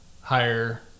higher